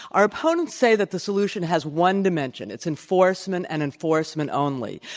our opponents say that the solution has one dimension. it's enforcement and enforcement only.